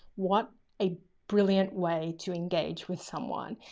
what a brilliant way to engage with someone.